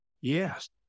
Yes